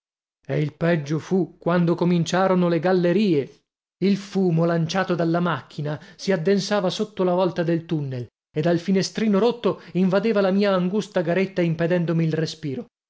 e il peggio fu quando incominciarono le gallerie il fumo lanciato dalla macchina si addensava sotto la volta del tunnel e dal finestrino rotto invadeva la mia angusta garetta impedendomi il respiro